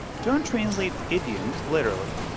don't translate idioms literally.